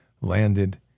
landed